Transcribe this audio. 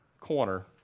corner